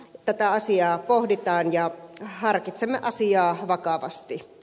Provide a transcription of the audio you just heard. tätä asiaa pohditaan ja harkitsemme asiaa vakavasti